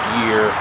year